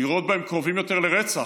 לראות בהם קרובים יותר לרצח